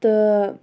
تہٕ